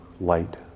light